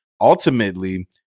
ultimately